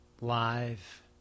Live